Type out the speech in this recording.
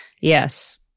Yes